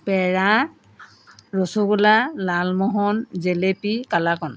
পেৰা rasgulla lalmohan jalebi kalakand